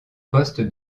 poste